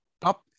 top